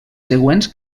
següents